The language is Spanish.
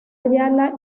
ayala